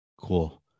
cool